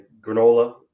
granola